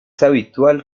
habitual